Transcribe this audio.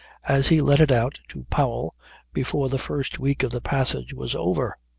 as he let it out to powell before the first week of the passage was over